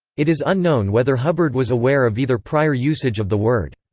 it is unknown whether hubbard was aware of either prior usage of the word.